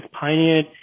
pioneered